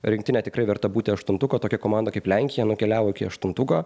rinktinė tikrai verta būti aštuntuko tokia komanda kaip lenkija nukeliavo iki aštuntuko